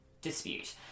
dispute